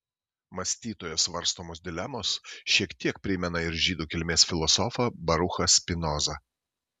mąstytojo svarstomos dilemos šiek tiek primena ir žydų kilmės filosofą baruchą spinozą